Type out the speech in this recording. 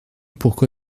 pourquoi